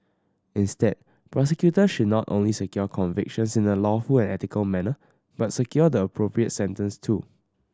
instead prosecutors should not only secure convictions in a lawful and ethical manner but secure the appropriate sentence too